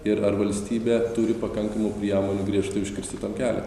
ir ar valstybė turi pakankamų priemonių griežtai užkirsti tam kelią